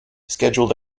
scheduled